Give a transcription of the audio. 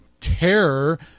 terror